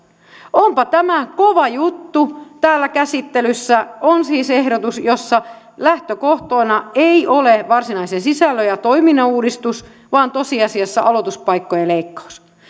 onpa tämä kova juttu täällä käsittelyssä on siis ehdotus jossa lähtökohtana ei ole varsinaisen sisällön ja toiminnan uudistus vaan tosiasiassa aloituspaikkojen leikkaus